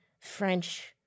French